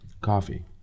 Coffee